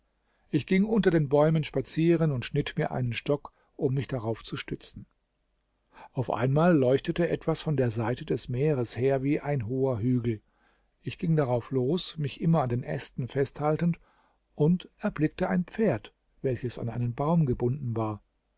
ich ging unter den bäumen spazieren und schnitt mir einen stock um mich darauf zu stützen auf einmal leuchtete etwas von der seite des meeres her wie ein hoher hügel ich ging darauf los mich immer an den ästen festhaltend und erblickte ein pferd welches an einen baum gebunden war